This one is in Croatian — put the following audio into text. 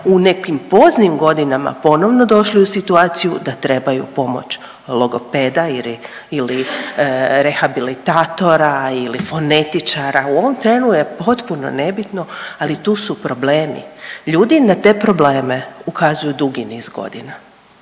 u nekim poznim godinama ponovno došli u situaciju da trebaju pomoć logopeda ili rehabilitatora ili fonetičara, u ovom trenu je potpuno nebitno, ali tu su problemi. Ljudi na te probleme ukazuju dugi niz godina.